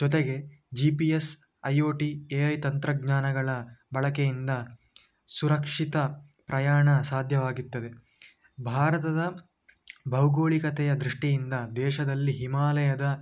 ಜೊತೆಗೆ G P S I O T A I ತಂತ್ರಜ್ಞಾನಗಳ ಬಳಕೆಯಿಂದ ಸುರಕ್ಷಿತ ಪ್ರಯಾಣ ಸಾಧ್ಯವಾಗುತ್ತದೆ ಭಾರತದ ಭೌಗೋಳಿಕತೆಯ ದೃಷ್ಟಿಯಿಂದ ದೇಶದಲ್ಲಿ ಹಿಮಾಲಯದ